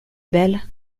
belle